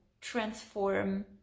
transform